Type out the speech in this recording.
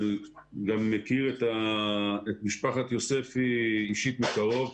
אני גם מכיר את משפחת יוספי אישית מקרוב.